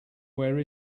where